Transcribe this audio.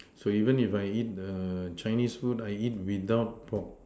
so even if I eat the Chinese food I eat without pork